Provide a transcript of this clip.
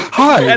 hi